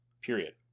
Period